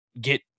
get